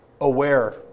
aware